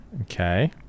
Okay